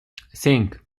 cinc